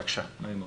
בבקשה.